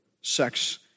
sex